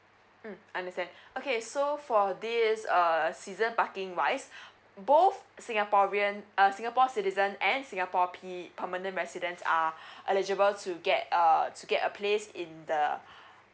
mm understand okay so for this uh season parking wise both singaporean uh singapore citizen and singapore p permanent residents are eligible to get uh to get a place in the